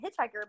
hitchhiker